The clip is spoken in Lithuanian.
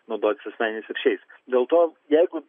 naudotis asmeniniais ryšiais dėl to jeigu